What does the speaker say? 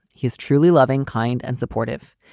he is truly loving, kind and supportive.